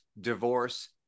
divorce